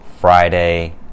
Friday